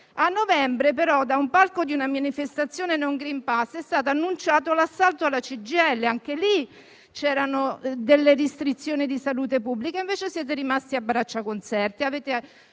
A novembre, però, da un palco di una manifestazione no *green pass* è stato annunciato l'assalto alla CGIL, e anche lì c'erano delle restrizioni di salute pubblica, e invece siete rimasti a braccia conserte